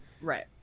Right